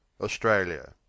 Australia